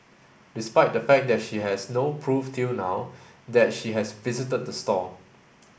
despite the fact that she has no proof till now that she has visited the store